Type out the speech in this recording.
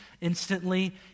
instantly